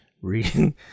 Reading